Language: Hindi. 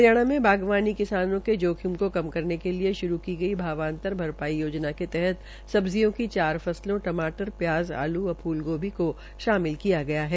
हरियाणा में बागवानी किसानों के जोखिम को कम करने के लिए शुरू की गई भावांतर भरपाई योजा के तहत सब्जियों की चार फसलों टमाटर प्याज आलू व फूलगोभी की शामिल किया गया है